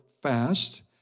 Fast